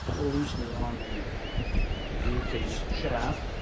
loosen it on the gearcase shaft,